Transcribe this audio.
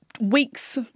weeks